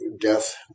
death